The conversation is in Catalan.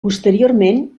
posteriorment